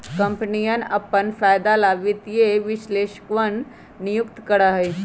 कम्पनियन अपन फायदे ला वित्तीय विश्लेषकवन के नियुक्ति करा हई